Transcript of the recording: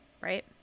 right